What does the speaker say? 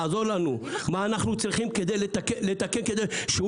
לעזור לנו מה אנחנו צריכים לתקן כדי שהוא